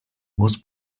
was